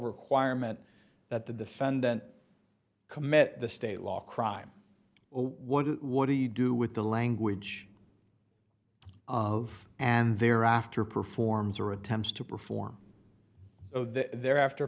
requirement that the defendant commit the state law crime what do what do you do with the language and thereafter performs or attempts to perform thereafter